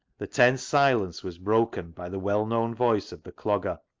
the tense silence was broken by the well-known voice of the clogger,